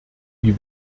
wie